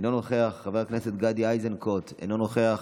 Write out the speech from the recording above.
אינו נוכח, חבר הכנסת גדי איזנקוט, אינו נוכח,